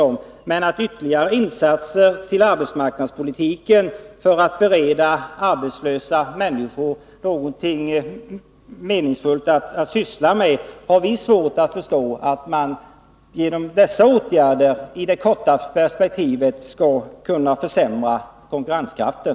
Men vi inom centern har svårt att förstå att man i det korta perspektivet skulle kunna försämra konkurrenskraften genom ytterligare insatser på arbetsmarknadspolitiken för att bereda arbetslösa människor någonting meningsfullt att syssla med.